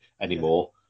anymore